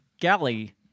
Galley